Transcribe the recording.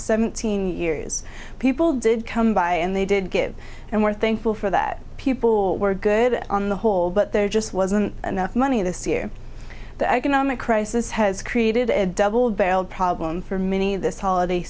seventeen years people did come by and they did give and we're thankful for that people were good on the whole but there just wasn't enough money this year the economic crisis has created a double barreled problem for many this holiday